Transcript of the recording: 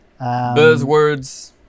buzzwords